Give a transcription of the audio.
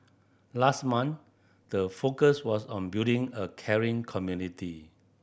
last month the focus was on building a caring community